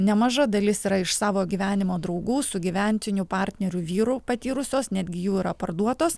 nemaža dalis yra iš savo gyvenimo draugų sugyventinių partnerių vyrų patyrusios netgi jų yra parduotos